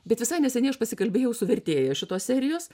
bet visai neseniai aš pasikalbėjau su vertėju šitos serijos